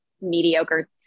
mediocre